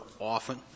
often